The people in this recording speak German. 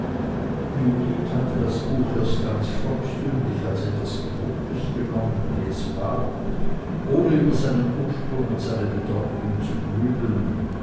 judith hatte das buch erst ganz volkstümlich als etwas gedrucktes genommen wie es war ohne über seinen ursprung und seine bedeutung zu grübeln